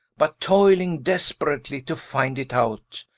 but toyling desperately to finde it out,